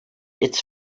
its